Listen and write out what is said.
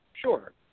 Sure